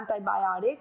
antibiotic